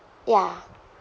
ya